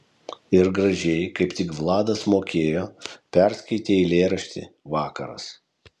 ir gražiai kaip tik vladas mokėjo perskaitė eilėraštį vakaras